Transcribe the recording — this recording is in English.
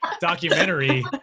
documentary